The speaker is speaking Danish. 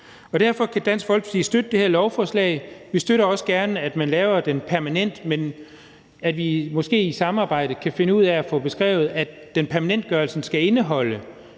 Derfor kan Dansk Folkeparti støtte det her lovforslag. Vi støtter også gerne, at man gør den permanent, men måske kan vi i et samarbejde finde ud af at få beskrevet, at permanentgørelsen skal indeholde